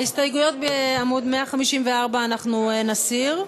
את ההסתייגויות בעמוד 154 אנחנו נסיר.